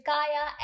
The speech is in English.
Kaya